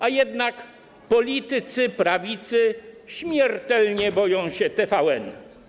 A jednak politycy prawicy śmiertelnie boją się TVN.